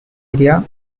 area